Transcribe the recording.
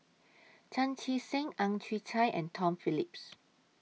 Chan Chee Seng Ang Chwee Chai and Tom Phillips